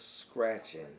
scratching